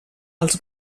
els